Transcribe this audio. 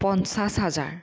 পঞ্চাছ হাজাৰ